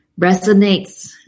resonates